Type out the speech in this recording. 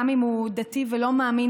גם אם הוא דתי ולא מאמין,